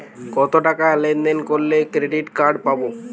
কতটাকা লেনদেন করলে ক্রেডিট কার্ড পাব?